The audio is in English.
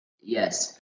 Yes